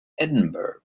edinburgh